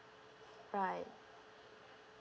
right